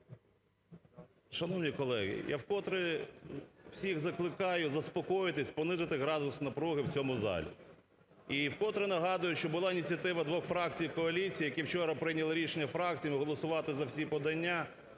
Шановні колеги, я вкотре всіх закликаю заспокоїтись, понизити градус напруги в цьому залі. І вкотре нагадую, що була ініціатива двох фракцій коаліції, які вчора прийняли рішення фракціями голосувати за всі подання,